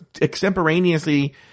extemporaneously